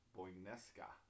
Boinesca